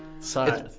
Sorry